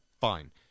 Fine